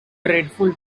dreadful